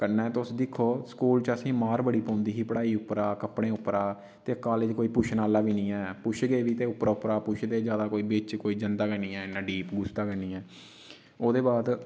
कन्नै तुस दिक्खो स्कूल च असें ऐ मार बड़ी पौंदी ही पढ़ाई उप्परा कपडे़ं उप्परा ते कॉलेज़ कोई पुच्छन आह्ला बी नेईं ऐ ते उप्परा पुच्छदे उप्परा उप्परा पुच्छदे जादा कोई बिच जंदा गै निं ऐ इ'न्ना डीप जंदा गै निं ऐ ओह्दे बाद